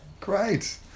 great